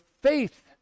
faith